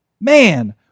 man